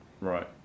Right